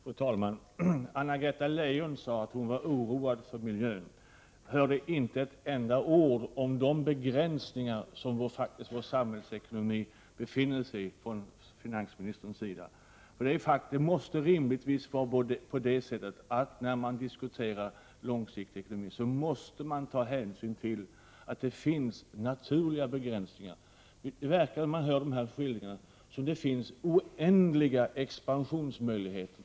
Fru talman! Anna-Greta Leijon sade att hon var oroad för miljön. Jag hörde inte ett enda ord från finansministern om de begränsningar som vår samhällsekonomi har. När man diskuterar långsiktig ekonomi måste man ta hänsyn till att det finns naturliga begränsningar. När man hör dessa skildringar verkar det som om det finns oändliga expansionsmöjligheter.